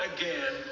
again